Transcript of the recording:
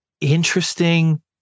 interesting